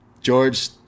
George